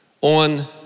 on